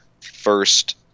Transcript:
first